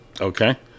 Okay